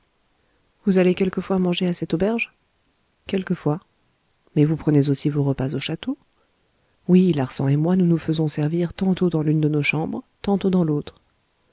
vous allez quelquefois manger à cette auberge quelquefois mais vous prenez aussi vos repas au château oui larsan et moi nous nous faisons servir tantôt dans l'une de nos chambres tantôt dans l'autre